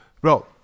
Bro